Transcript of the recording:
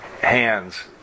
hands